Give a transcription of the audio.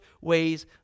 ways